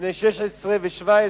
בני 16 ו-17,